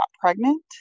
pregnant